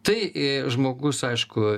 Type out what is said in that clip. tai žmogus aišku